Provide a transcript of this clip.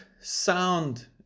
sound